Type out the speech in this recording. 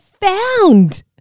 found